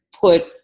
put